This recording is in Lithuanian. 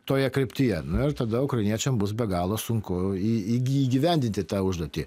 toje kryptyje nu ir tada ukrainiečiam bus be galo sunku įgyvendinti tą užduotį